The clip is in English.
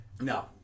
No